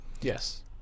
Yes